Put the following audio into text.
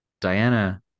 Diana